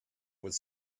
was